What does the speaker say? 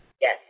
Yes